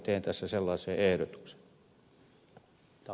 teen tässä sellaisen esityksen